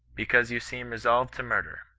because you seem resolved to murder